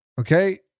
okay